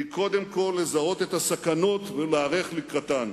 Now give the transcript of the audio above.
הוא קודם כול לזהות את הסכנות ולהיערך לקראתן.